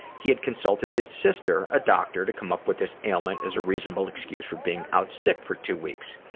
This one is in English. he had consulted his sister, a doctor, to come up with this ailment as be a reasonable excuse for being out sick for two weeks.